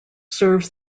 serves